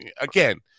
again